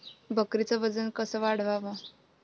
बकरीचं वजन कस वाढवाव?